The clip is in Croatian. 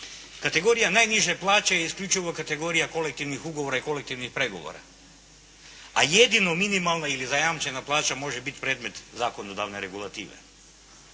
Kategorija najniže plaće je isključivo kategorija kolektivnih ugovora i kolektivnih pregovora a jedino minimalna ili zajamčena plaća može biti predmet zakonodavne regulative.